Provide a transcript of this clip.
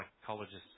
psychologists